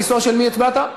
בכיסאו של מי הצבעת?